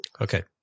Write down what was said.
Okay